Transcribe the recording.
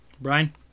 Brian